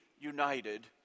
united